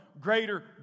greater